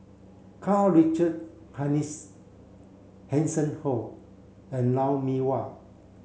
Karl Richard Hanitsch Hanson Ho and Lou Mee Wah